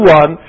one